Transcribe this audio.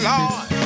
Lord